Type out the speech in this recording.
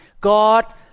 God